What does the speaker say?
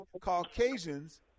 Caucasians